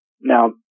Now